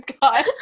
God